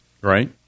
Right